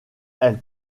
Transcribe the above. elle